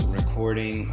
recording